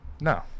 No